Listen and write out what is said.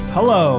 Hello